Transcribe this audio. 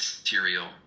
material